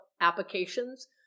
applications